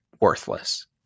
worthless